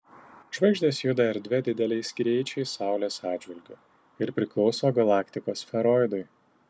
žvaigždės juda erdve dideliais greičiais saulės atžvilgiu ir priklauso galaktikos sferoidui